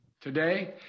Today